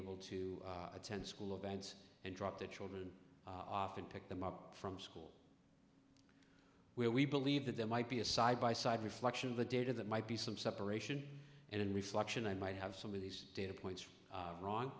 able to attend school bands and drop the children off and pick them up from school we are we believe that there might be a side by side reflection of the data that might be some separation and in reflection i might have some of these data points wrong